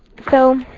so,